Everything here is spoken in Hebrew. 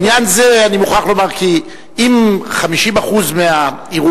בעניין זה אני מוכרח לומר: אם 50% מהערעורים